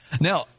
Now